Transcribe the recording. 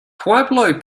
pueblo